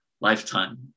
lifetime